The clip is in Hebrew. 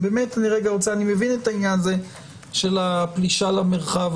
אני מבין את העניין הזה של הפלישה למרחב